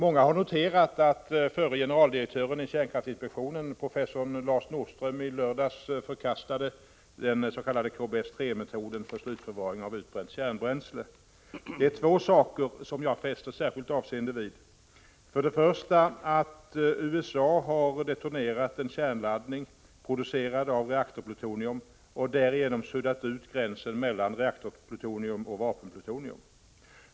Många har noterat att förre generaldirektören i kärnkraftsinspektionen, professor Lars Nordström, i lördags förkastade den s.k. KBS 3-metoden för slutförvaring av utbränt kärnbränsle. Det är två saker jag fäst särskilt avseende vid. För det första har USA detonerat en kärnladdning, producerad av reaktorplutonium, och därigenom suddat ut gränsen mellan reaktorplutonium och vapenplutonium.